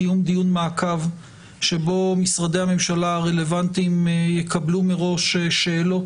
קיום דיון מעקב שבו משרדי הממשלה הרלוונטיים יקבלו מראש שאלות